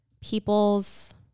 people's